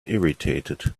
irritated